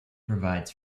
provides